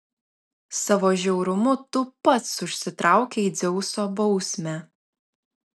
savo žiaurumu tu pats užsitraukei dzeuso bausmę